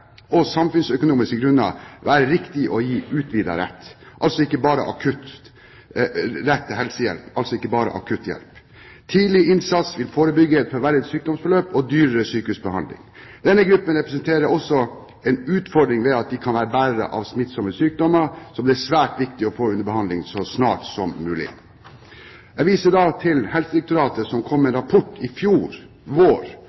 og samfunnsøkonomiske grunner være riktig å gi utvidet rett, altså ikke bare akutt rett til helsehjelp. Tidlig innsats vil forebygge et forverret sykdomsforløp og dyrere sykehusbehandling. Denne gruppen representerer også en utfordring ved at de kan være bærere av smittsomme sykdommer, som det er svært viktig å få under behandling så snart som mulig. Jeg viser til Helsedirektoratet, som kom med en rapport i fjor vår